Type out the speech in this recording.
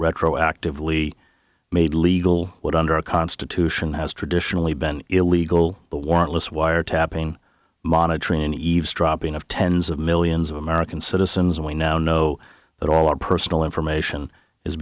retroactively made legal what under our constitution has traditionally been illegal the warrantless wiretapping monitoring eavesdropping of tens of millions of american citizens and we now know that all our personal information is